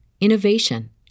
innovation